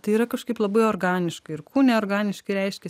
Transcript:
tai yra kažkaip labai organiškai ir kūne organiškai reiškias